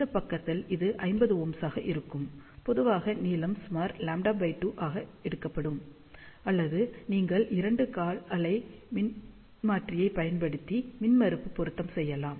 இந்த பக்கத்தில் இது 50Ω ஆக இருக்கும் பொதுவாக நீளம் சுமார் λ 2 ஆக எடுக்கப்பட வேண்டும் அல்லது நீங்கள் இரண்டு கால் அலை மின்மாற்றியைப் பயன்படுத்தி மின்மறுப்பு பொருத்தம் செய்யலாம்